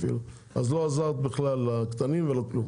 ולא עזרת בכלל לקטנים ולא כלום.